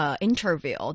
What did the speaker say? interview